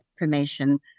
information